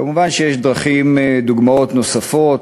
כמובן, יש דרכים, דוגמאות נוספות.